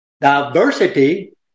diversity